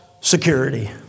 security